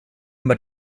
man